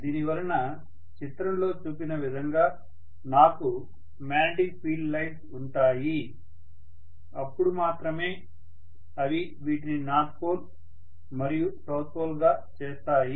దీనివలన చిత్రంలో చూపిన విధంగా నాకు మాగ్నెటిక్ ఫీల్డ్ లైన్స్ ఉంటాయి అప్పుడు మాత్రమే అవి వీటిని నార్త్ పోల్ మరియు సౌత్ పోల్ గా చేస్తాయి